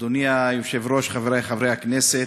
אדוני היושב-ראש, חברי חברי הכנסת,